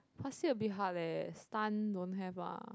but still a bit hard leh stunt don't have lah